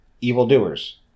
Evildoers